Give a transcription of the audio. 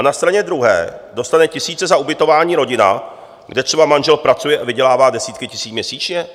Na straně druhé dostane tisíce za ubytování rodina, kde třeba manžel pracuje a vydělává desítky tisíc měsíčně.